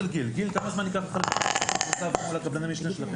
גיל, כמה זמן ייקח לך --- לקבלני משנה שלכם?